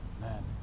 Man